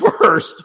first